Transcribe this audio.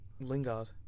Lingard